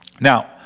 Now